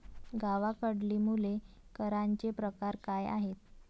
गावाकडली मुले करांचे प्रकार काय आहेत?